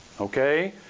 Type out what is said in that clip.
Okay